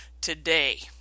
today